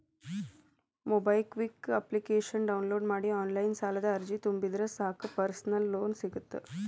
MobiKwik ಅಪ್ಲಿಕೇಶನ download ಮಾಡಿ online ಸಾಲದ ಅರ್ಜಿನ ತುಂಬಿದ್ರ ಸಾಕ್ ಪರ್ಸನಲ್ ಲೋನ್ ಸಿಗತ್ತ